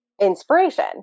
inspiration